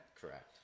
Correct